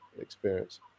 experience